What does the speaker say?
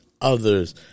others